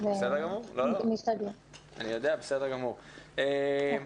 אני מצטרף לכל העושים